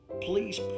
Please